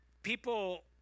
People